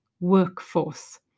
workforce